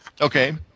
Okay